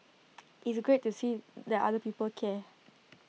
it's great to see that other people care